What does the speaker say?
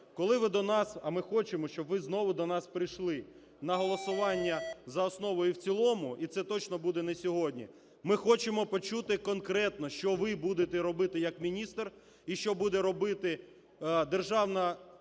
коли ви до нас, а ми хочемо, щоб ви знову до нас прийшли на голосування за основу і в цілому, і це точно буде не сьогодні, ми хочемо почути конкретно, що ви будете робити як міністр і що буде робити Державна